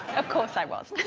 of course i was